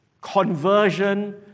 conversion